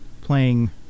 playing